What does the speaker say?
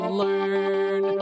learn